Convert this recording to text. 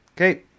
okay